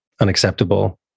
unacceptable